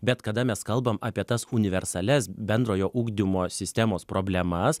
bet kada mes kalbam apie tas universalias bendrojo ugdymo sistemos problemas